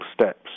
steps